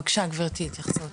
בבקשה גברתי, התייחסות.